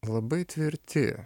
labai tvirti